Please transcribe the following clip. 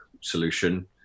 solution